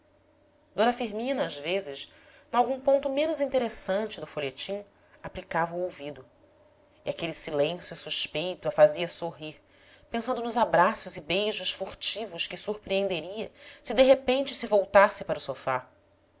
d firmina às vezes nalgum ponto menos interessante do folhetim aplicava o ouvido e aquele silêncio suspeito a fazia sorrir pensando nos abraços e beijos furtivos que surpreenderia se de repente se voltasse para o sofá